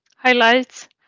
highlights